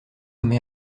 homme